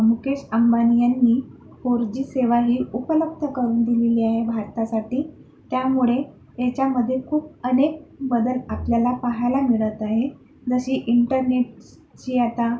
मुकेश अंबानी यांनी फोरजी सेवा ही उपलब्ध करून दिलेली आहे भारतासाठी त्यामुळे ह्याच्यामध्ये खूप अनेक बदल आपल्याला पाहायला मिळत आहे जशी इंटरनेटची आता